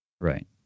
Right